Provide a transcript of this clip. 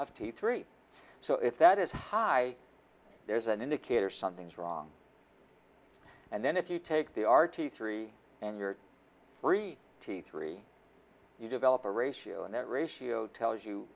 of t three so if that is high there's an indicator something's wrong and then if you take the r t three and you're free t three you develop a ratio and that ratio tells you